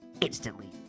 instantly